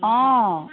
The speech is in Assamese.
অঁ